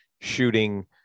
shooting